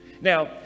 Now